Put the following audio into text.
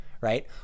right